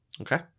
Okay